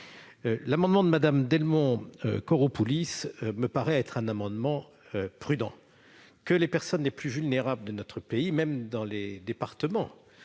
L'amendement n° 5 de Mme Delmont-Koropoulis me paraît prudent. Les personnes les plus vulnérables de notre pays, même dans les départements